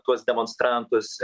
tuos demonstrantus